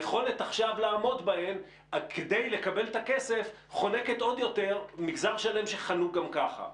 הדרישה לעמוד עכשיו גם בחוק הפיקוח חונקת את המגזר המדובר שגם ככה חנוק.